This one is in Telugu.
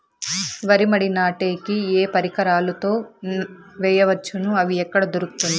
వరి మడి నాటే కి ఏ పరికరాలు తో వేయవచ్చును అవి ఎక్కడ దొరుకుతుంది?